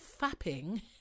fapping